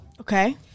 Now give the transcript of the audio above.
Okay